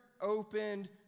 opened